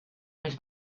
més